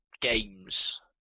games